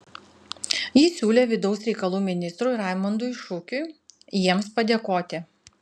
ji siūlė vidaus reikalų ministrui raimundui šukiui jiems padėkoti